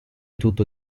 tutto